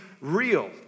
real